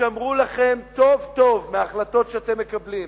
הישמרו לכם טוב טוב מהחלטות שאתם מקבלים